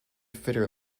fitter